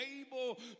able